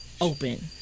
open